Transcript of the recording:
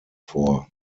vor